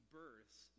births